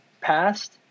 passed